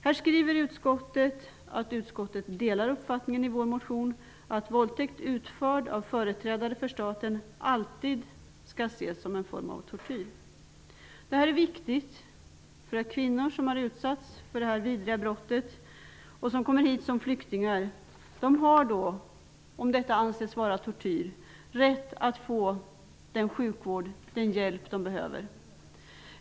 Utskottet skriver att man delar uppfattningen i vår motion, nämligen att våldtäkter som utförs av företrädare för staten alltid skall ses som en form av tortyr. Detta är viktigt. Det innebär att kvinnor som har utsatts för detta vidriga brott och som kommer hit som flyktingar då har rätt att få den sjukvård och den hjälp som de behöver.